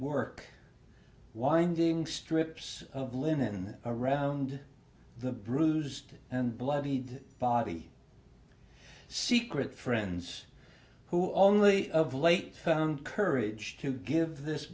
work winding strips of linen around the bruised and bloodied body secret friends who only of late found courage to give this